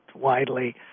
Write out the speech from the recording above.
widely